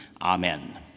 Amen